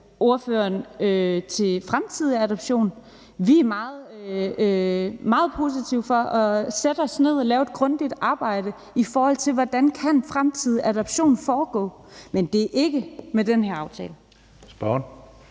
Abildgaard til fremtidige adoptioner. Vi er meget positive over for at sætte os ned og lave et grundigt stykke arbejde, i forhold til hvordan fremtidig adoption kan foregå, men det bliver ikke i forbindelse med den her aftale.